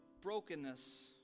brokenness